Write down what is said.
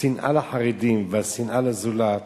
השנאה לחרדים והשנאה לזולת